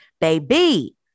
baby